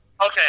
Okay